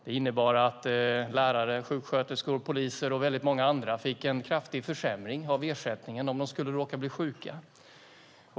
Det innebar att lärare, sjuksköterskor, poliser och väldigt många andra fick en kraftig försämring av ersättningen om de skulle råka bli sjuka.